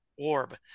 Orb